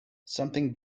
something